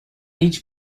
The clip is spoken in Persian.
هیچ